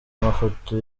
amafoto